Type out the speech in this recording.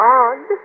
odd